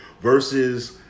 Versus